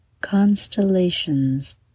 constellations